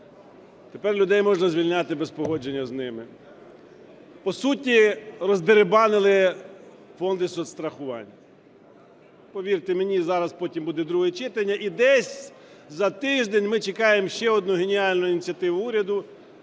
Тепер людей можна звільняти без погодження з ними. По суті роздерибанили фонди соцстрахування. Повірте мені, зараз потім буде друге читання і десь за тиждень ми чекаємо ще одну геніальну ініціативу уряду,